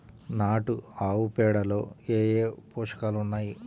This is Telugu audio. నాటు ఆవుపేడలో ఏ ఏ పోషకాలు ఉన్నాయి?